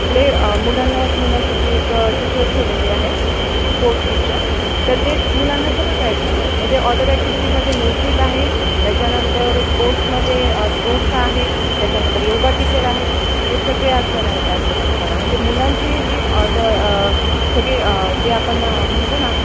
play मुलांना खेळण्यासाठी एक टीचर ठेवलेले आहेत स्पोर्ट टीचर तर ते मुलांना सगळं गाईड करणार म्हणजे ऑदर ॲक्टिव्हिटीमध्ये म्युझिक आहे त्याच्यानंतर स्पोर्ट्समध्ये स्पोर्ट्स आहे त्याच्यानंतर योगा टीचर आहेत ते सगळे असणार आहेत ॲव्लेबल तुम्हाला म्हणजे मुलांची जी ऑदर सगळे जे आपण म्हणतो ना